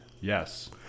Yes